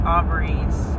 Aubrey's